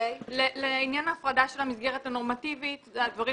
לעניין ההפרדה של המסגרת הנורמטיבית, הדברים